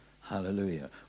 Hallelujah